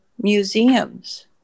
museums